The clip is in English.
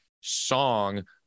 song